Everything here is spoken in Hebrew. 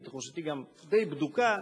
ותחושתי גם די בדוקה,